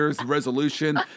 resolution